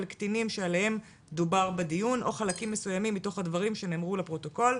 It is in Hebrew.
קטינים שעליהם דובר בדיון או חלקים מסוימים מתוך הדברים שנאמרו לפרוטוקול,